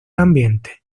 ambiente